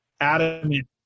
adamant